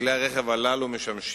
על-פי הנחיית משרדך,